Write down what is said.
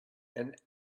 and